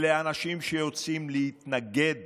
לאנשים שיוצאים להתנגד